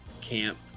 camp